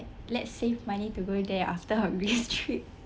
let's save money to go there after our greece trip